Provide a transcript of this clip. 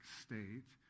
state